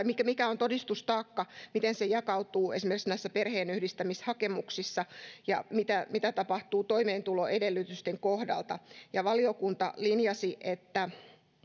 mikä mikä on todistustaakka miten se jakautuu esimerkiksi näissä perheenyhdistämishakemuksissa ja mitä mitä tapahtuu toimeentuloedellytysten kohdalta valiokunta linjasi että